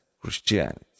Christianity